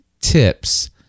tips